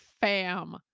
fam